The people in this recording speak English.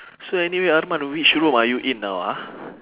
so anyway arman which room are you in now ah